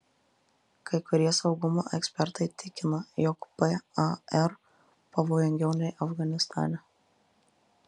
kai kurie saugumo ekspertai tikina jog par pavojingiau nei afganistane